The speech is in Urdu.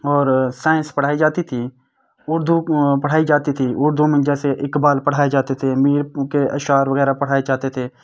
اور سائنس پڑھائی جاتی تھی اردو پڑھائی جاتی تھی اردو میں جیسے اقبال پڑھائے جاتے تھے میر کے اشعار وغیرہ پڑھائے جاتے تھے